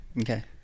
Okay